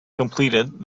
completed